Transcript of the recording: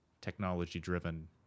technology-driven